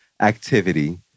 activity